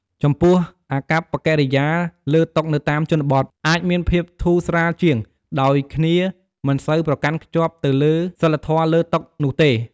ចំពោះអាកប្បកិរិយាលើតុនៅតាមជនបទ អាចមានភាពធូរស្រាលជាង ដោយគ្នាមិនសូវប្រកាន់ខ្ជាប់ទៅលើសីលធម៌លើតុនោះទេ។